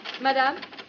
Madame